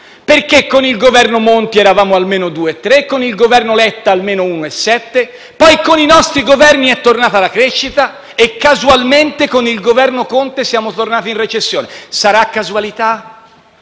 perché con il Governo Monti eravamo a -2,3 e con il Governo Letta a -1,7; poi con i nostri Governi è tornata la crescita e casualmente, con il Governo Conte, siamo tornati in recessione. Sarà casualità?